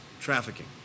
trafficking